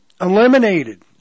eliminated